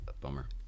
bummer